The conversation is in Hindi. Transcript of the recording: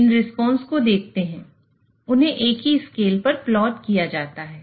इन रिस्पांस को देखते हैं उन्हें एक ही स्केल पर प्लॉट किया जाता है